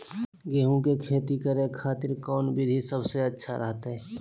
गेहूं के खेती करे खातिर कौन विधि सबसे अच्छा रहतय?